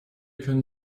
können